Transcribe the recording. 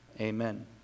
Amen